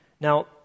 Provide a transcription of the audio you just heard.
Now